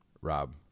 Rob